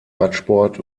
radsport